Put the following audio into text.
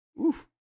Oof